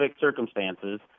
circumstances